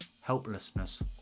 helplessness